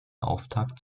auftakt